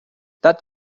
that